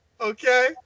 okay